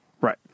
Right